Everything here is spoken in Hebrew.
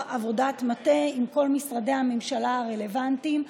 לאחר עבודת מטה עם כל משרדי הממשלה הרלוונטיים,